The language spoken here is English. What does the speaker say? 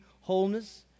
wholeness